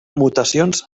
mutacions